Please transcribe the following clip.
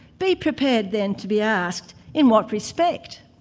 be prepared then to be asked, in what respect?